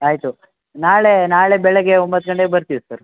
ಆಯಿತು ನಾಳೆ ನಾಳೆ ಬೆಳಿಗ್ಗೆ ಒಂಬತ್ತು ಗಂಟೆಗೆ ಬರ್ತೀವಿ ಸರ್